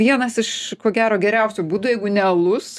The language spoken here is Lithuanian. vienas iš ko gero geriausių būdų jeigu ne alus